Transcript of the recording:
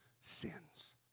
sins